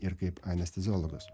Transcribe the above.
ir kaip anesteziologas